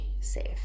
safe